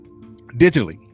digitally